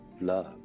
love